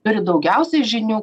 turi daugiausiai žinių